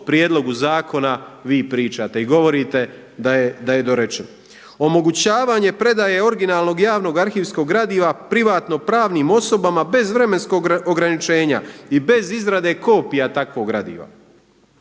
prijedlogu zakona vi pričate i govorite da je dorečen. Omogućavanje predaje originalnog javnog arhivskog gradiva privatno pravnim osobama bez vremenskog ograničenja i bez izrade kopija takvog gradiva.